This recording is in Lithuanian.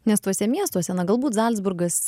nes tuose miestuose na galbūt zalcburgas